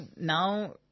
now